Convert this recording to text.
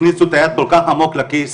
הכניסו את היד כל כך עמוק לכיס,